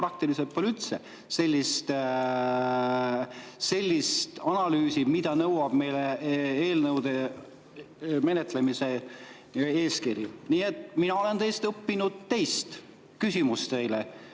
praktiliselt pole üldse sellist analüüsi, mida nõuab meil eelnõude menetlemise eeskiri. Nii et mina olen õppinud teilt. Küsimus teile: